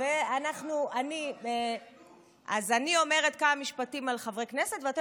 אז אני אומרת כמה משפטים על חברי כנסת ואתם